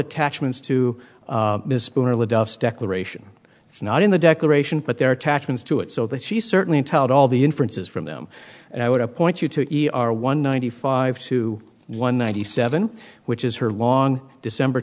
attachments to declaration it's not in the declaration but their attachments to it so that she certainly told all the inferences from them and i would appoint you to e r one ninety five to one ninety seven which is her long december